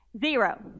zero